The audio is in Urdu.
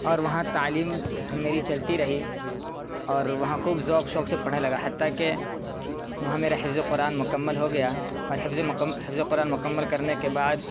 اور وہاں تعلیم میری چلتی رہی اور وہاں خوب ذوق شوق سے پڑھنے لگا حتیٰ کہ وہاں میرا حفظِ قرآن مکمل ہو گیا اور حفظ اور حفظِ قرآن مکمل کرنے کے بعد